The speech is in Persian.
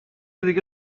دیگه